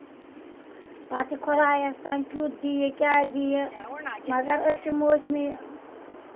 پَتہٕ چھُ خۄدایَس تانۍ کِیُتھ دِیہِ کیاہ دِیہِ مَگر أسۍ چھِ موسمہِ